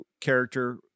character